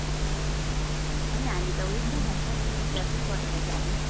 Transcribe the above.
ए होइन हामी त ऊ यसमै जान्छ नि रिजर्भ नै गरेर जाने